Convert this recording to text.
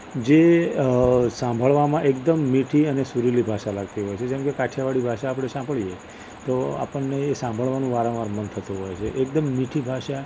જે સાંભળવામાં એકદમ મીઠી અને સુરીલી ભાષા લાગતી હોય છે જેમ કે કાઠિયાવાડી ભાષા આપણે સાંભળીએ તો અપણને એ સાંભળવાનું વારંવાર મન થતું હોય છે એકદમ મીઠી ભાષા